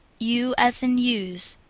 u as in use.